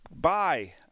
Bye